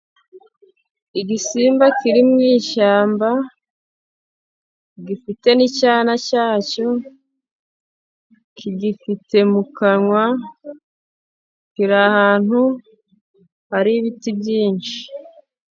Igisimba kiri mu ishyamba gifite n'icyana cyacyo. kigifite mu kanwa kiri ahantu hari ibiti byinshi.